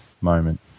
moment